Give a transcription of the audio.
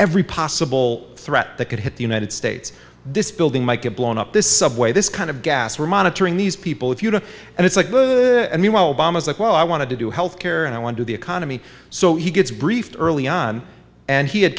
every possible threat that could hit the united states this building might get blown up this subway this kind of gas we're monitoring these people if you know and it's like i mean well obama's like well i want to do health care and i want to the economy so he gets briefed early on and he had